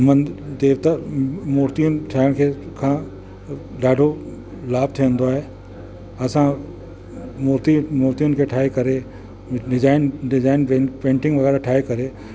मन देवता मुर्तियूं ठाहिण खे खां ॾाढो लाभ थींदो आहे असां मुर्ति मुर्तियुनि खे ठाहे करे डिज़ाइन डिज़ाइन पें पेंटिंग वग़ैरह ठाहे करे